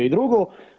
I drugo.